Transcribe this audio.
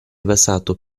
basato